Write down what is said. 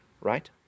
right